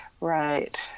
Right